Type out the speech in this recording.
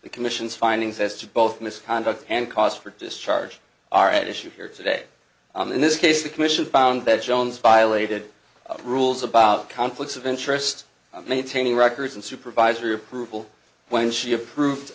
the commission's findings as to both misconduct and cause for discharge are at issue here today on this case the commission found that jones violated rules about conflicts of interest maintaining records and supervisory approval when she approved